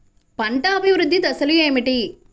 పంట అభివృద్ధి దశలు ఏమిటి?